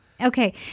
Okay